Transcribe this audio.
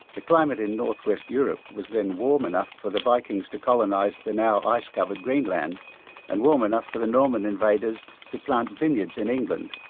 the climate in north-west europe was then warm enough for the vikings to colonise the now ice covered greenland and warm enough for the norman invaders to plant vineyards in england,